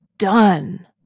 done